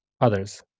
others